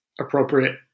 appropriate